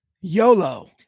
YOLO